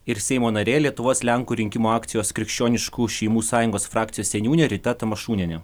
ir seimo narė lietuvos lenkų rinkimų akcijos krikščioniškų šeimų sąjungos frakcijos seniūnė rita tamašūnienė